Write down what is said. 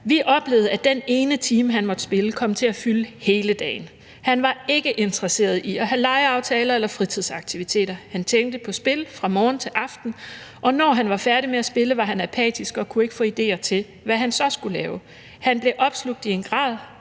Vi oplevede, at den ene time, han måtte spille, kom til at fylde hele dagen. Han var ikke interesseret i at have legeaftaler eller fritidsaktiviteter. Han tænkte på spil fra morgen til aften, og når han var færdig med at spille, var han apatisk og kunne ikke få idéer til, hvad han så skulle lave. Han blev opslugt i en grad,